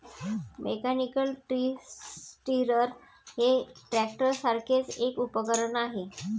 mechanical tree stirrer हे ट्रॅक्टरसारखेच एक उपकरण आहे